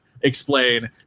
explain